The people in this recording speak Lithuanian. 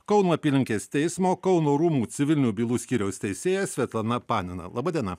kauno apylinkės teismo kauno rūmų civilinių bylų skyriaus teisėja svetlana panina laba diena